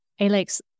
Alex